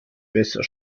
besser